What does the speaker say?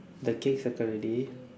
the cake circle already